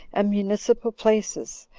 and municipal places,